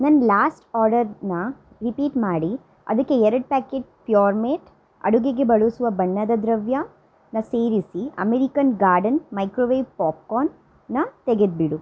ನನ್ನ ಲಾಸ್ಟ್ ಆರ್ಡರ್ನ ರಿಪೀಟ್ ಮಾಡಿ ಅದಕ್ಕೆ ಎರಡು ಪ್ಯಾಕೆಟ್ ಪ್ಯೂರ್ಮೇಟ್ ಅಡುಗೆಗೆ ಬಳಸುವ ಬಣ್ಣದ ದ್ರವ್ಯನ ಸೇರಿಸಿ ಅಮೆರಿಕನ್ ಗಾರ್ಡನ್ ಮೈಕ್ರೋವೇವ್ ಪಾಪ್ಕಾರ್ನ್ನ ತೆಗೆದುಬಿಡು